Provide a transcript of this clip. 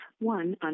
one